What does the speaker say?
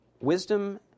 Wisdom